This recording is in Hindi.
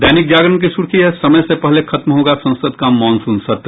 दैनिक जागरण की सुर्खी है समय से पहले खत्म होगा संसद का मॉनसून सत्र